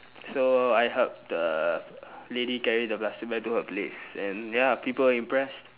so I helped uh lady carry the plastic bag to her place and ya people are impressed